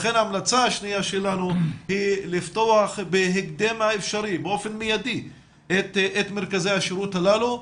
לכן ההמלצה השנייה שלנו היא לפתוח באופן מיידי את מרכזי השירות הללו.